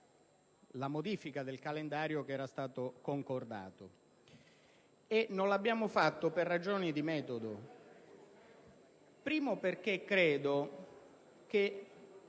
la modifica del calendario che era stato concordato e non lo abbiamo fatto per ragioni di metodo. In primo luogo, perché credo che